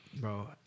bro